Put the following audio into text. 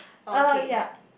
uh yup